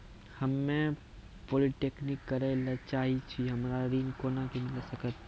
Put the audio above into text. हम्मे पॉलीटेक्निक करे ला चाहे छी हमरा ऋण कोना के मिल सकत?